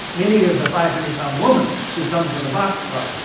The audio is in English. minnie is a five hundred lb. woman who comes in a boxcar.